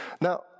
now